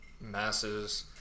masses